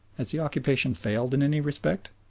has the occupation failed in any respect?